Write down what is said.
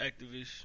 activist